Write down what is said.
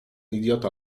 idiota